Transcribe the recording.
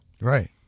Right